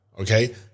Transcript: Okay